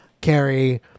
Carrie